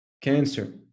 cancer